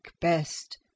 best